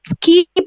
keep